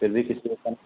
फिर भी